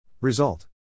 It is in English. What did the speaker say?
Result